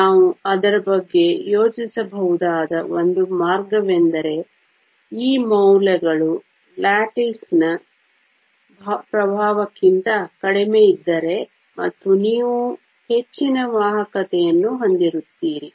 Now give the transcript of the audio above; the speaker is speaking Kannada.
ನಾವು ಅದರ ಬಗ್ಗೆ ಯೋಚಿಸಬಹುದಾದ ಒಂದು ಮಾರ್ಗವೆಂದರೆ ಈ ಮೌಲ್ಯಗಳು ಲ್ಯಾಟಿಸ್ನ ಪ್ರಭಾವಕ್ಕಿಂತ ಕಡಿಮೆಯಿದ್ದರೆ ಮತ್ತು ನೀವು ಹೆಚ್ಚಿನ ವಾಹಕತೆಯನ್ನು ಹೊಂದಿರುತ್ತೀರಿ